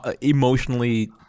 emotionally